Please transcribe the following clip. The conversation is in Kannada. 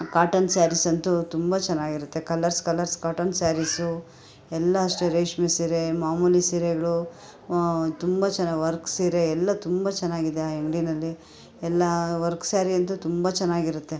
ಕಾಟನ್ ಸ್ಯಾರೀಸಂತೂ ತುಂಬ ಚೆನ್ನಾಗಿರುತ್ತೆ ಕಲರ್ಸ್ ಕಲರ್ಸ್ ಕಾಟನ್ ಸ್ಯಾರೀಸು ಎಲ್ಲ ಅಷ್ಟೇ ರೇಷ್ಮೆ ಸೀರೆ ಮಾಮೂಲಿ ಸೀರೆಗಳು ತುಂಬ ಚೆನ್ನಾಗಿ ವರ್ಕ್ ಸೀರೆ ಎಲ್ಲ ತುಂಬ ಚೆನ್ನಾಗಿದೆ ಆ ಅಂಗ್ಡಿಯಲ್ಲಿ ಎಲ್ಲ ವರ್ಕ್ ಸ್ಯಾರಿಯಂತು ತುಂಬ ಚೆನ್ನಾಗಿರುತ್ತೆ